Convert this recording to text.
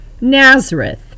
Nazareth